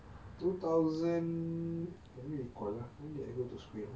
two thousand let me recall ah when did I go to spain